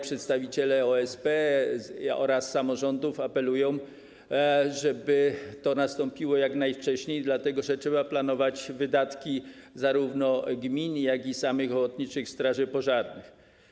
Przedstawiciele OSP oraz samorządów apelują, żeby to nastąpiło jak najwcześniej, dlatego że trzeba planować wydatki zarówno gmin, jak i samych ochotniczych straży pożarnych.